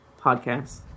podcast